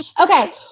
Okay